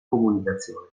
comunicazione